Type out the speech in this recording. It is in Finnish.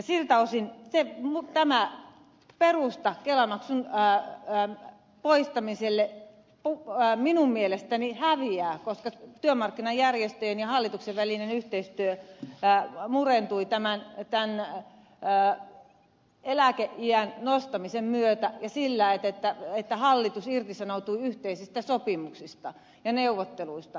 siltä osin perusta kelamaksun poistamiselle minun mielestäni häviää koska työmarkkinajärjestöjen ja hallituksen välinen yhteistyö murentui tämän eläkeiän nostamisen myötä ja sillä että hallitus irtisanoutui yhteisistä sopimuksista ja neuvotteluista